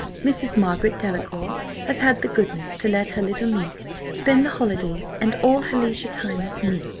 mrs. margaret delacour has had the goodness to let her little niece spend the holidays and all her leisure time with me,